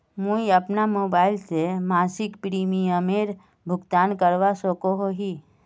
मुई अपना मोबाईल से मासिक प्रीमियमेर भुगतान करवा सकोहो ही?